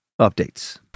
Updates